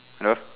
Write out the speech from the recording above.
hello